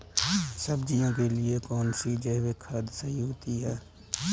सब्जियों के लिए कौन सी जैविक खाद सही होती है?